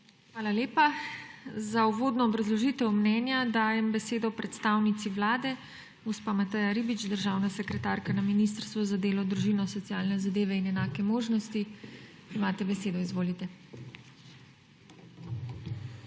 Hvala lepa. Za uvodno obrazložitev mnenja dajem besedo predstavnici Vlade. Gospa Mateja Ribič, državna sekretarka na Ministrstvu za delo, družino, socialne zadeve in enake možnosti. Imate besedo, izvolite. MATEJA